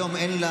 היום אין,